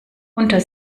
unter